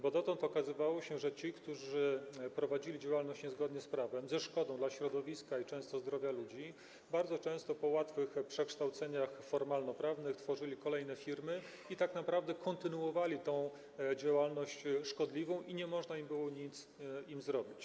Bo dotąd okazywało się, że ci, którzy prowadzili działalność niezgodnie z prawem, ze szkodą dla środowiska i nierzadko zdrowia ludzi, bardzo często po łatwych przekształceniach formalnoprawnych tworzyli kolejne firmy i tak naprawdę kontynuowali tę szkodliwą działalność, a nie można było nic im zrobić.